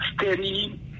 steady